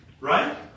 Right